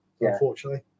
Unfortunately